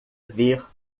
ver